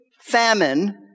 famine